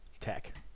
tech